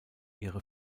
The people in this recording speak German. ihre